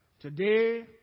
Today